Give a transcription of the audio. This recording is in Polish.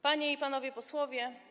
Panie i Panowie Posłowie!